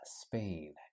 Spain